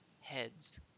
heads